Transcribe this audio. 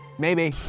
maybe.